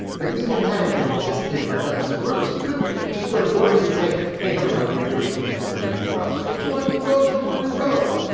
but even that had been anticipated by douglas bruce. you couldn't just go to voters and say, hey, everyone, we really need some new roads. don't you want new roads? vote for new roads.